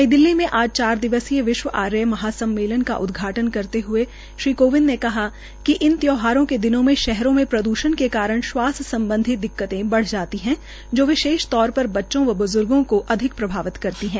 नई दिल्ली में आज चार दिवसीय विश्व आर्य महा सम्मेलन का उदघाटन करते हुए श्री कोविंद ने कहा कि इन त्यौहारों क दिनों में शहरों में प्रद्षण के कारण श्वास सम्बधी दिक्कते बढ़ जाती है जो विशेष तौर पर बचचों व बुज़र्गो को अधिक प्रभावित करती है